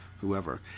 whoever